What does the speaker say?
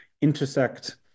intersect